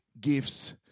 gifts